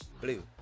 Blue